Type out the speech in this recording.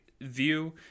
view